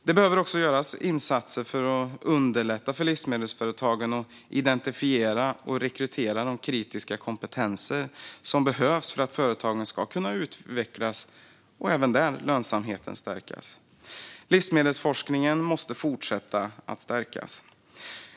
Det behöver också göras insatser för att underlätta för livsmedelsföretagen att identifiera och rekrytera de kritiska kompetenser som behövs för att företagen ska kunna utvecklas och lönsamheten stärkas även där. Livsmedelsforskningen måste fortsätta att stärkas.